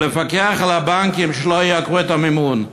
ולפקח על הבנקים שלא ייקרו את המימון.